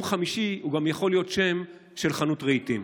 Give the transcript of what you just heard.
ביום חמישי הוא יכול להיות גם שם של חנות רהיטים.